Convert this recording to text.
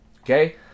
okay